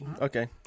Okay